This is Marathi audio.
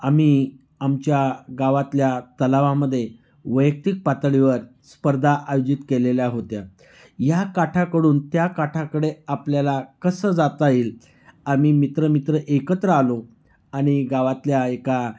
आम्ही आमच्या गावातल्या तलावामध्ये वैयक्तिक पातळीवर स्पर्धा आयोजित केलेल्या होत्या ह्या काठाकडून त्या काठाकडे आपल्याला कसं जाता येईल आम्ही मित्र मित्र एकत्र आलो आणि गावातल्या एका